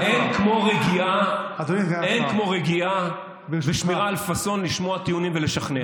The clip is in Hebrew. אין כמו רגיעה ושמירה על פאסון לשמוע טיעונים ולשכנע,